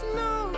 no